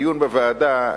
בדיון בוועדה,